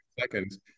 seconds